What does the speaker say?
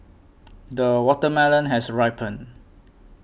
the watermelon has ripened